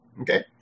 Okay